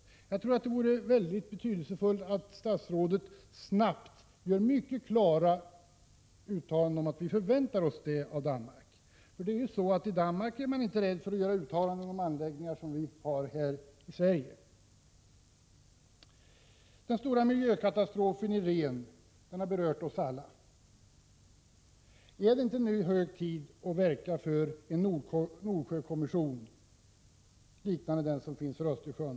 Det vore mycket betydelsefullt att statsrådet snabbt gjorde mycket klara uttalanden om att vi förväntar oss det av Danmark. I Danmark är man inte rädd för att göra uttalanden om anläggningarna i Sverige. Den stora miljökatastrofen i Rhen berör oss alla. Är det inte nu hög tid att verka för en Nordsjökommission liknande den som finns för Östersjön?